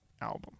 album